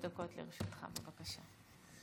שלוש דקות לרשותך, בבקשה.